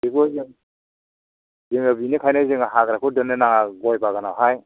बेखौ जों जोङो बिनिखायनो जोङो हाग्राखौ दोननो नाङा गय बागानाव